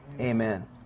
Amen